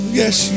yes